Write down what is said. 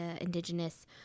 indigenous